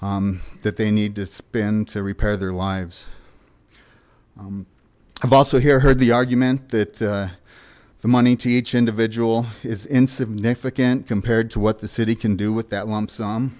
that they need to spend to repair their lives i've also hear heard the argument that the money to each individual is insignificant compared to what the city can do with that lump sum